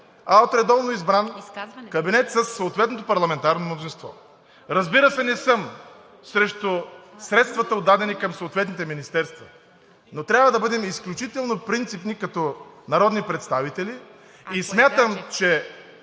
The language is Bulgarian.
а от редовно избран кабинет със съответното парламентарно мнозинство. Не съм срещу средствата, отдадени към съответните министерства, но трябва да бъде изключително принципни като народни представители. Смятам, че